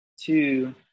two